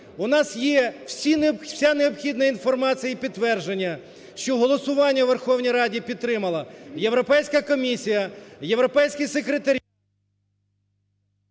У нас є вся необхідна інформація і підтвердження, що голосування у Верховній Раді підтримала Європейська комісія, європейський…